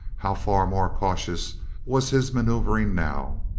how far more cautious was his maneuvering now!